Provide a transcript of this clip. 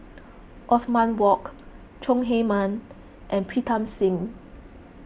Othman Wok Chong Heman and Pritam Singh